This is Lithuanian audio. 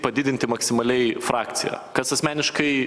padidinti maksimaliai frakciją kas asmeniškai